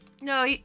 no